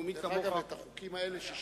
והולכות, ומי כמוך, דרך אגב, את החוקים האלה 61